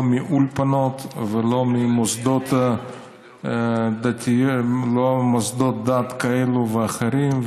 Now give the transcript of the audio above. לא מאולפנות ולא ממוסדות דת כאלה ואחרים,